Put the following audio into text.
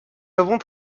avons